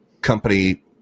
company